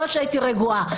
יכול להיות שהייתי רגועה.